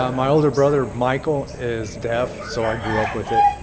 ah my older brother michael is deaf, so i grew up with it.